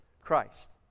Christ